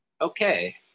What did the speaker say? Okay